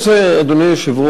אדוני היושב-ראש,